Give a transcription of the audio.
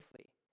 safely